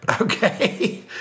okay